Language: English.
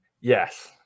Yes